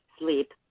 sleep